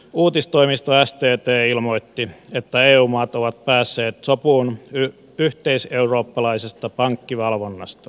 uutistoimisto stt ilmoitti että eu maat ovat päässeet sopuun yhteiseurooppalaisesta pankkivalvonnasta